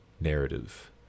narrative